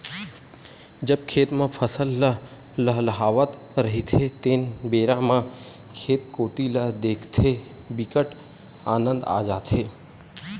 जब खेत म फसल ल लहलहावत रहिथे तेन बेरा म खेत कोती ल देखथे बिकट आनंद आ जाथे